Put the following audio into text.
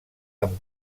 amb